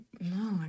no